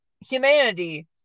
humanity